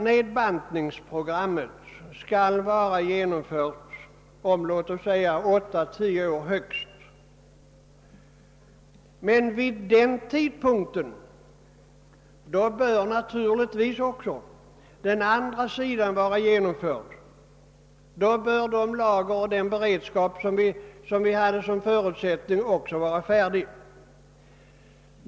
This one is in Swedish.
Nedbantningsprogrammet skall vara genomfört om låt oss säga högst åtta—tio år, men vid den tidpunkten bör naturligtvis den andra delen av programmet vara genomförd; då bör de beredskapslager som var en av förutsättningarna också finnas.